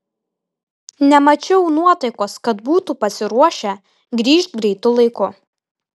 nemačiau nuotaikos kad būtų pasiruošę grįžt greitu laiku